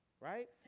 Right